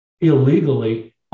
illegally